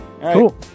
Cool